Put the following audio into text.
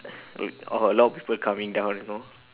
or a lot of people coming down you know